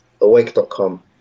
Awake.com